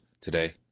today